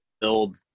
build